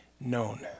known